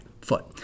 foot